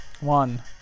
One